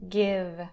give